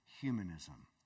humanism